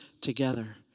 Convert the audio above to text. together